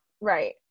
right